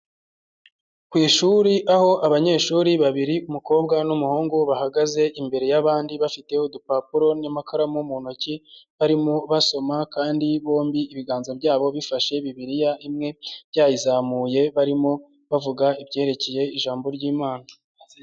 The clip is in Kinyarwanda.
Ku ishuri aho abanyeshuri babiri umukobwa n'umuhungu bahagaze imbere y'abandi bafite udupapuro n'amakaramu mu ntoki, barimo basoma kandi bombi ibiganza byabo bifashe bibiliya imwe byayizamuye, barimo bavuga ibyerekeye ijambo ry'Imana.